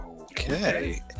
Okay